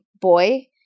boy